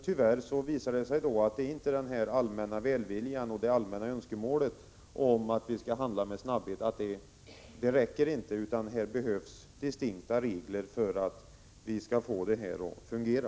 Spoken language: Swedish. Tyvärr har det visat sig att den allmänna välviljan och de allmänna önskemålen om att vi skall handla med snabbhet inte räcker. Här behövs distinkta regler för att vi skall få det hela att fungera.